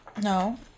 No